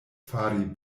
fari